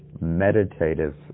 meditative